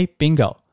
bingo